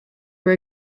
were